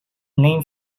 name